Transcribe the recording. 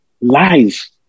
lies